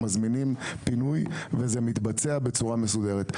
מזמינים פינוי וזה מתבצע בצורה מסודרת.